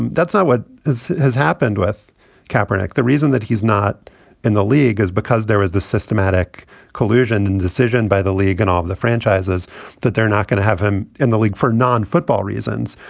and that's not what has happened with cameron. the reason that he's not in the league is because there is the systematic collusion and decision by the league and all of the franchises that they're not going to have him in the league for non football reasons.